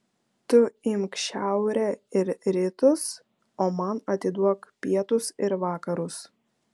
tu imk šiaurę ir rytus o man atiduok pietus ir vakarus